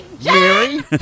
Jerry